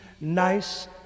nice